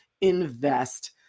invest